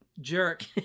jerk